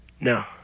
No